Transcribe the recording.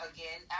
Again